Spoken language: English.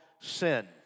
sin